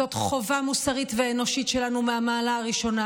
זאת חובה מוסרית ואנושית שלנו מהמעלה הראשונה